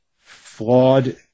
flawed